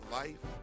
life